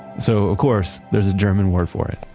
so, of course, there's a german word for it.